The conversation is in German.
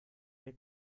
wir